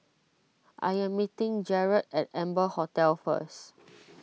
I am meeting Jerrad at Amber Hotel first